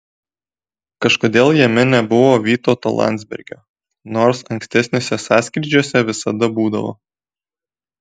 kažkodėl jame nebuvo vytauto landsbergio nors ankstesniuose sąskrydžiuose visada būdavo